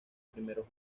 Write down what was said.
primeros